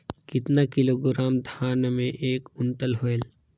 कतना किलोग्राम धान मे एक कुंटल होयल?